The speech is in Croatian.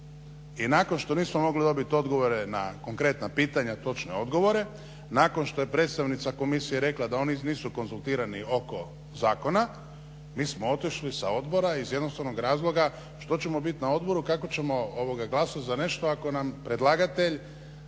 i nakon što nismo mogli dobit odgovore na konkretna pitanja, točne odgovore, nakon što je predstavnica komisije rekla da oni nisu konzultirani oko zakona, mi smo otišli sa odbora iz jednostavnog razloga što ćemo bit na odboru, kako ćemo glasat za nešto ako nam predlagatelj